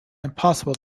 impossible